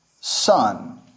son